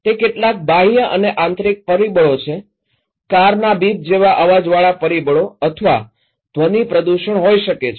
તે કેટલાક બાહ્ય અને આંતરિક પરિબળો છે કારના બીપ જેવા અવાજવાળા પરિબળો અથવા ધ્વનિ પ્રદૂષણ હોઈ શકે છે